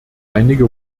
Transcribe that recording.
einige